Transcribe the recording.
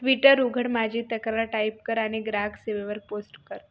Twitter उघड माझी तक्रार टाईप कर आणि ग्राहक सेवेवर पोस्ट कर